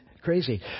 crazy